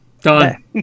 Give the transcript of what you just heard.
done